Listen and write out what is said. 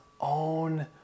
own